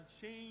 change